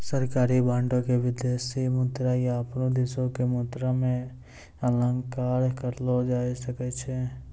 सरकारी बांडो के विदेशी मुद्रा या अपनो देशो के मुद्रा मे आंकलन करलो जाय सकै छै